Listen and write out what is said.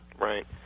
Right